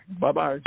Bye-bye